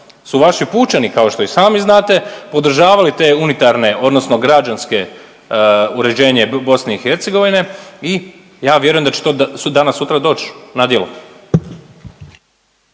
su vaši pučani kao što i sami znate podržavali te unitarne odnosno građanske uređenje BiH i ja vjerujem da će to danas sutra doći na djelo.